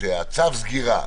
שצו הסגירה,